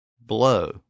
Blow